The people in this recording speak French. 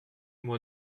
moi